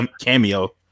cameo